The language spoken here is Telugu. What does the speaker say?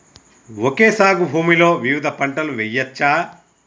ఓకే సాగు భూమిలో వివిధ పంటలు వెయ్యచ్చా?